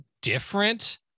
different